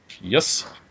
Yes